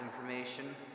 information